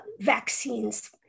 vaccines